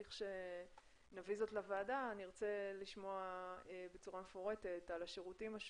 כשנביא זאת לוועדה נרצה לשמוע בצורה מפורטת על השירותים השונים,